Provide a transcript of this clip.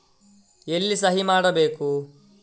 ಎಲ್ಲಿ ಸಹಿ ಮಾಡಬೇಕು?